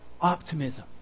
optimism